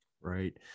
Right